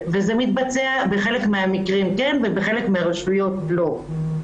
זה מתבצע רק בחלק מן המקרים ואילו בחלק מן הרשויות זה לא מתבצע.